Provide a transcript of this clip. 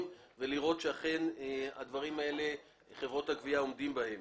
ולראות שאכן חברות הגבייה עומדות בהם.